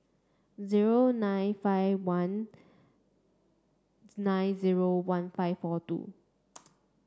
zero nine five one nine zero one five four two